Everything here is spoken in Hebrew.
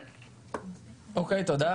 תודה,